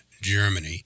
Germany